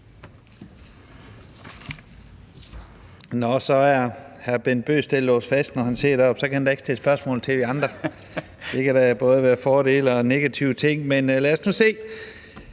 Nå, så er hr. Bent Bøgsted låst fast, når han sidder deroppe. Så kan han da ikke stille spørgsmål til os andre. Det kan der både være fordele og ulemper ved, men lad os nu se.